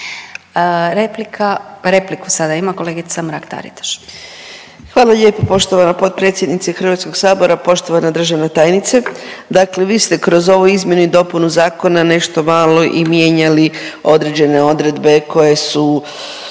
repliku sada ima kolegica Mrak Taritaš. **Mrak-Taritaš, Anka (GLAS)** Hvala lijepo poštovana potpredsjednice Hrvatskog sabora. Poštovana državna tajnice, dakle vi ste kroz ovu izmjenu i dopunu zakona nešto malo i mijenjali određene odredbe koje su